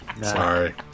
Sorry